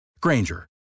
Granger